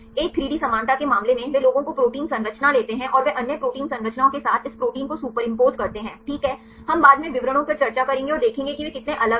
एक 3 डी समानता के मामले में वे लोगों को प्रोटीन संरचना लेते हैं और वे अन्य प्रोटीन संरचनाओं के साथ इस प्रोटीन को सुपरइंपोज़ करते हैं ठीक है हम बाद में विवरणों पर चर्चा करेंगे और देखेंगे कि वे कितने अलग हैं